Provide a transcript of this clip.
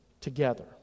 together